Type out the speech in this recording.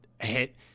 hit